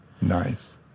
Nice